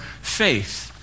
faith